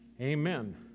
Amen